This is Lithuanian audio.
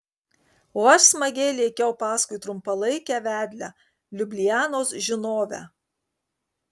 o aš smagiai lėkiau paskui trumpalaikę vedlę liublianos žinovę